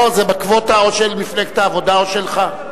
לא, זה או של מפלגת העבודה, או שלך,